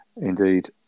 Indeed